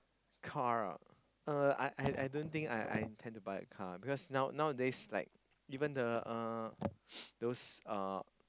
car ah uh I I I don't think I I intend to buy a car because now nowadays like even the uh those uh